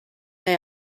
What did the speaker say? they